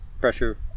pressure